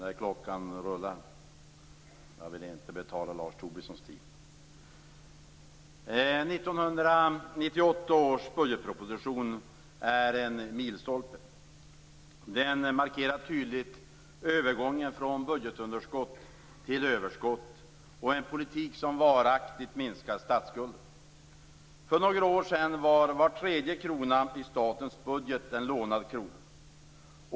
Fru talman! 1998 års budgetproposition är en milstolpe. Den markerar tydligt övergången från budgetunderskott till överskott och en politik som varaktigt minskar statsskulden. För några år sedan var var tredje krona i statens budget en lånad krona.